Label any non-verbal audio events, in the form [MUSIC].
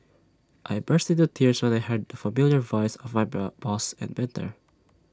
I burst into tears when I heard familiar voice of my [UNINTELLIGIBLE] boss and mentor